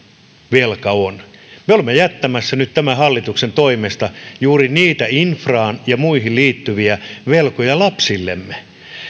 velka on me olemme jättämässä nyt tämän hallituksen toimesta juuri niitä infraan ja muihin liittyviä velkoja lapsillemme